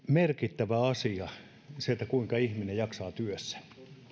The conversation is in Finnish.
merkittävä asia kuinka ihminen jaksaa työssä